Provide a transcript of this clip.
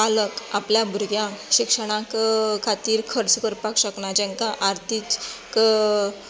पालक आपल्या भुरग्याक शिक्षणा खातीर खर्च करपाक शकना जांकां आर्थीक